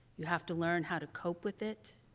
you have to learn how to cope with it.